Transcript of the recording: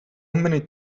many